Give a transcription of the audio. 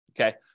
Okay